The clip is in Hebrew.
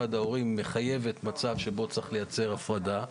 ההורים מחייבת מצב שבו צריך לייצר הפרדה,